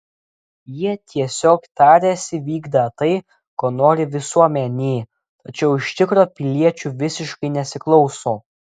jie tiesiog tariasi vykdą tai ko nori visuomenė tačiau iš tikro piliečių visiškai nesiklauso